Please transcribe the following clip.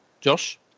Josh